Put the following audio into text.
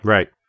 Right